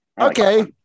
okay